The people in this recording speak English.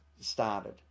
started